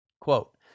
Quote